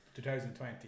2020